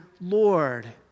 Lord